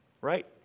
right